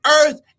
earth